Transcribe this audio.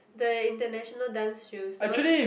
the international dance shoes that one